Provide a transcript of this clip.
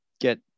get